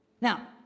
now